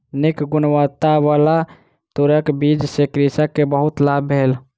नीक गुणवत्ताबला तूरक बीज सॅ कृषक के बहुत लाभ भेल